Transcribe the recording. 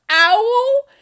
Owl